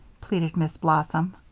pleaded miss blossom.